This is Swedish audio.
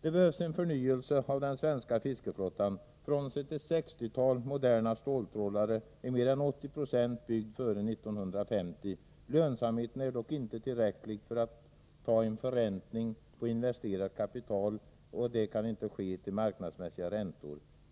Det behövs en förnyelse av den svenska fiskeflottan. Frånsett ett sextiotal moderna ståltrålare är mer än 80 96 av fartygen byggda före 1950. Lönsamheten är dock inte tillräckligt hög för att en förräntning av investerat kapital kan ske med marknadsmässiga räntor.